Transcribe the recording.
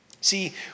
See